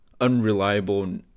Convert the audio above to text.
unreliable